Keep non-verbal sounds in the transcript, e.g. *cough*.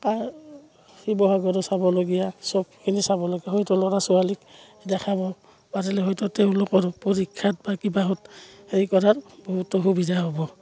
*unintelligible* শিৱসাগৰো চাবলগীয়া চবখিনি চাবলগীয়া হয়তো ল'ৰা ছোৱালীক দেখাব পাৰিলে হয়তো তেওঁলোকৰো পৰীক্ষাত বা কিবাহত হেৰি কৰাৰ বহুতো সুবিধা হ'ব